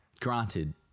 granted